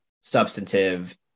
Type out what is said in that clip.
substantive